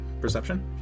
perception